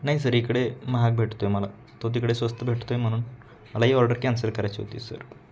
नाही सर इकडे महाग भेटतो आहे मला तो तिकडे स्वस्त भेटतो आहे म्हणून मला ही ऑर्डर कॅन्सल करायची होती सर